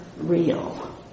real